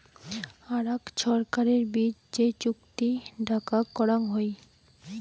আরাক ছরকারের বিচ যে চুক্তি ডাকাক করং হই